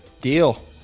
Deal